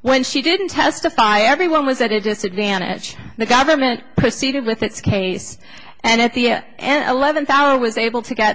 when she didn't testify everyone was at it disadvantage the government proceeded with its case and at the eleventh hour was able to get